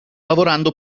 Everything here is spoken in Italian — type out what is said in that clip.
lavorando